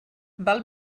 val